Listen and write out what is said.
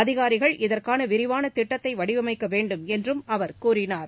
அதிகாரிகள் இதற்கானவிரிவானதிட்டத்தைவடிவமைக்கவேண்டும் என்றும் அவர் கூறினார்